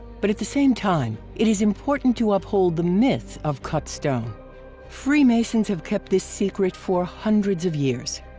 but at the same time, it is important to uphold the myth of cut stone freemasons have kept this secret for hundreds of years.